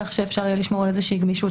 כך שאפשר יהיה לשמור על איזה שהיא גמישות,